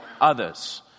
others